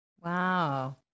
Wow